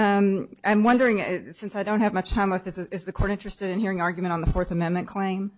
i'm wondering since i don't have much time with this is the court interested in hearing argument on the fourth amendment claim